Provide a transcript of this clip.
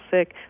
sick